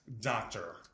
Doctor